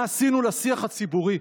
מה עשינו לשיח הציבורי?